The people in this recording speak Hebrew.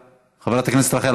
חברת הכנסת רחל